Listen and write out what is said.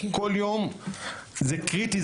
זה קריטי,